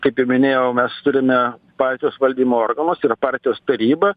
kaip ir minėjau mes turime partijos valdymo organus ir partijos tarybą